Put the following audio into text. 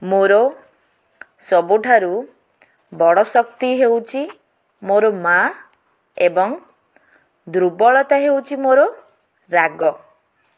ମୋର ସବୁଠାରୁ ବଡ଼ଶକ୍ତି ହେଉଛି ମୋର ମାଆ ଏବଂ ଦୁର୍ବଳତା ହେଉଛି ମୋର ରାଗ